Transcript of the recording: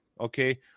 Okay